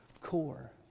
core